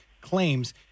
claims